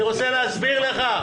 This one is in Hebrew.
אני רוצה להסביר לך.